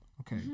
okay